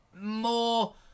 more